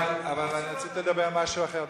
אבל אני רציתי לדבר על משהו אחר.